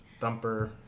Thumper